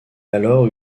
alors